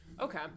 Okay